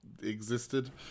Existed